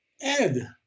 Ed